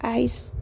ice